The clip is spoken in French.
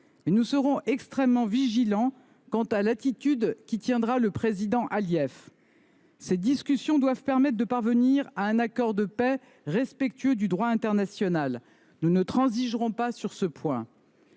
Nous serons extrêmement vigilants sur l’attitude qu’adoptera le président Aliyev. Ces discussions doivent permettre de parvenir à un accord de paix respectueux du droit international. Nous ne transigerons pas sur ce point.